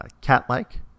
cat-like